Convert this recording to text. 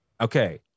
Okay